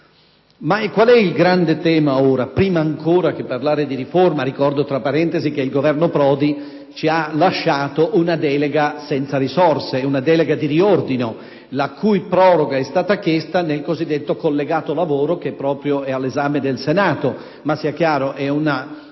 Ma qual è il grande tema ora, prima ancora che parlare di riforma? Vorrei ricordare, tra parentesi, che il Governo Prodi ci ha lasciato una delega senza risorse; una delega di riordino, la cui proroga è stata chiesta nel cosiddetto collegato lavoro all'esame del Senato; ma, sia chiaro, si tratta